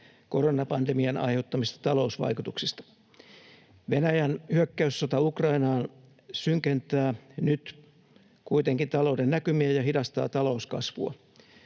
koronapandemian aiheuttamista talousvaikutuksista. Venäjän hyökkäyssota Ukrainaan synkentää nyt kuitenkin talouden näkymiä ja hidastaa talouskasvua.